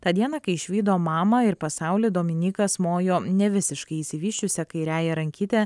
tą dieną kai išvydo mamą ir pasaulį dominykas mojo ne visiškai išsivysčiusia kairiąja rankyte